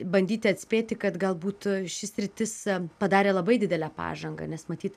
bandyti atspėti kad galbūt ši sritis padarė labai didelę pažangą nes matyt